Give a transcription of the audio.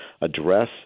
address